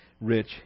rich